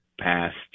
past